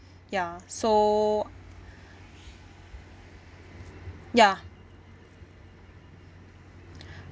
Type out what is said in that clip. ya so ya